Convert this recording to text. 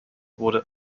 wurde